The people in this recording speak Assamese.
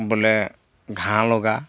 বোলে ঘাঁহ লগা